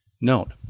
Note